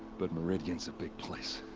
but meridian's a big place.